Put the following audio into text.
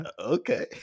okay